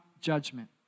judgment